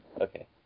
Okay